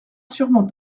sûrement